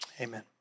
amen